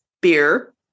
beer